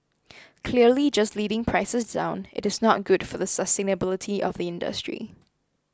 clearly just leading prices down it is not good for the sustainability of the industry